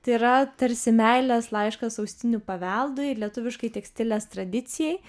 tai yra tarsi meilės laiškas ausinių paveldu ir lietuviškai tekstilės tradicijai